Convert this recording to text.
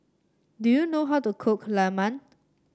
do you know how to cook Lemang